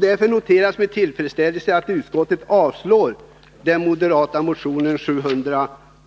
Därför noterar jag med tillfredsställelse att utskottet avstyrker den moderata motionen 712.